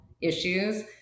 issues